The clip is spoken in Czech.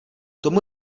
tomu